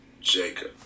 Jacob